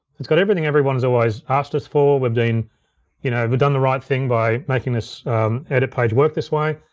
it's got everything everyone's always asked us for. we've done you know but done the right thing by making this edit page work this way.